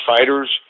Fighters